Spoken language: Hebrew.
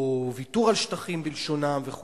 או ויתור על שטחים, בלשונם, וכו',